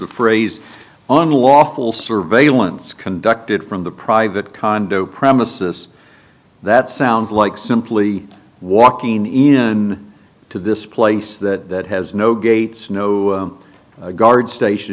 the phrase unlawful surveillance conducted from the private condo premises that sounds like simply walking even to this place that has no gates no guard station